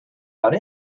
done